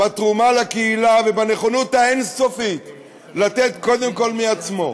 בתרומה לקהילה ובנכונות האין-סופית לתת קודם כול מעצמו,